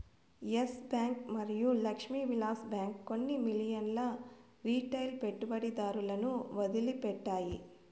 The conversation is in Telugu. ఎస్ బ్యాంక్ మరియు లక్ష్మీ విలాస్ బ్యాంక్ కొన్ని మిలియన్ల రిటైల్ పెట్టుబడిదారులను వదిలిపెట్టాయి